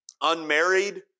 unmarried